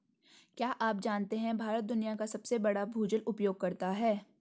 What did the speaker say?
क्या आप जानते है भारत दुनिया का सबसे बड़ा भूजल उपयोगकर्ता है?